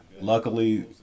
Luckily